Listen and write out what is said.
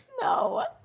No